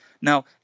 Now